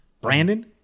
Brandon